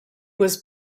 was